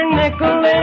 nickel